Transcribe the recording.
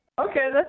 Okay